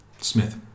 Smith